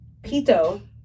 Pito